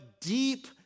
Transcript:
deep